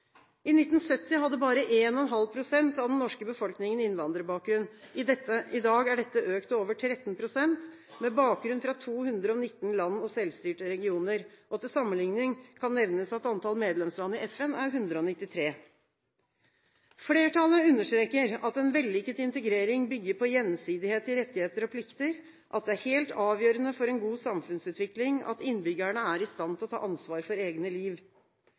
I 1970 hadde bare 1,5 pst. av den norske befolkningen innvandrerbakgrunn. I dag er dette økt til over 13 pst., med bakgrunn fra 219 land og selvstyrte regioner. Til sammenligning kan nevnes at antall medlemsland i FN er 193. Flertallet understreker at en vellykket integrering bygger på gjensidighet i rettigheter og plikter, at det er helt avgjørende for en god samfunnsutvikling at innbyggerne er i stand til å ta ansvar for egne liv.